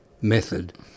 method